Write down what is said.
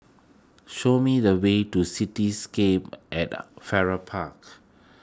show me the way to Cityscape at Farrer Park